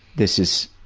this is,